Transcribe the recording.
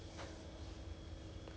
你你喝什么 what kind of milk